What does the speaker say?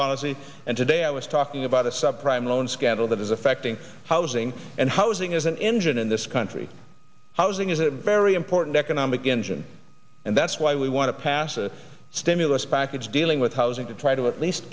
policy and today i was talking about the sub prime loans scandal that is affecting housing and housing is an engine in this country housing is a very important economic engine and that's why we want to pass a stimulus package dealing with housing to try to at least